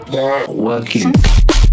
Working